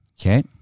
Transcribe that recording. Okay